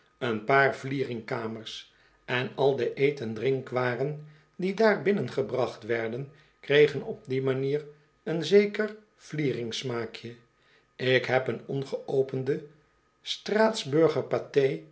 een paar vlieringkamers en al de eet en drinkwaren die daar binnengebracht werden kregen op die manier een zeker vlieringsmaakje ik heb een ongeopenden straatsburger